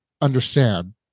understand